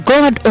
God